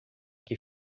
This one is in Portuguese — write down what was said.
que